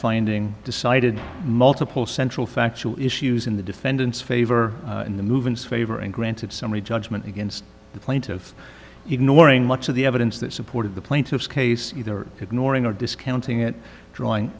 finding decided multiple central factual issues in the defendant's favor in the movement's favor and granted summary judgment against the plaintiff ignoring much of the evidence that supported the plaintiff's case either ignoring or discounting it drawing